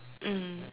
mmhmm